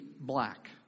black